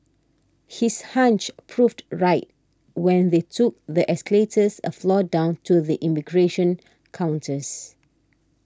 his hunch proved right when they took the escalators a floor down to the immigration counters